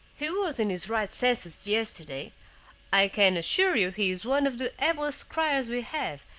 he was in his right senses yesterday i can assure you he is one of the ablest criers we have,